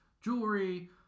jewelry